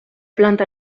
planta